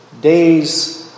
day's